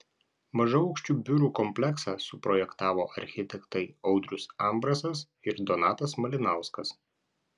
mažaaukščių biurų kompleksą suprojektavo architektai audrius ambrasas ir donatas malinauskas